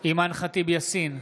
אימאן ח'טיב יאסין,